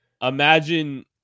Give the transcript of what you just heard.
imagine